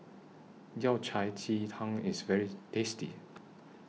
Yao Cai Ji Tang IS very tasty